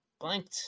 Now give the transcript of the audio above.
Blanked